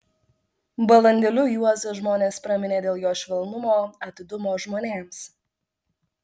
balandėliu juozą žmonės praminė dėl jo švelnumo atidumo žmonėms